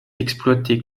exploitée